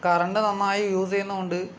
current നന്നായി use ചെയ്യുന്നത് കൊണ്ട്